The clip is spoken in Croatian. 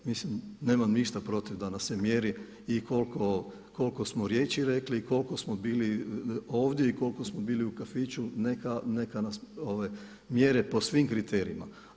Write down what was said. Mislim, nemam ništa protiv da nam se mjeri i koliko smo riječi rekli, koliko smo bili ovdje i koliko smo bili u kafiću, neka nas mjere po svim kriterijima.